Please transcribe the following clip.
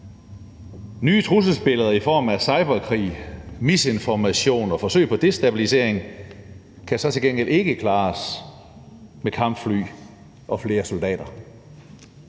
Nye trusselsbilleder i form af cyberkrig, misinformation og forsøg på destabilisering kan så til gengæld ikke klares med kampfly og flere soldater.